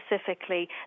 specifically